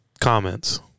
comments